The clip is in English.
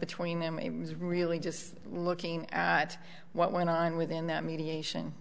between them was really just looking at what went on within that mediation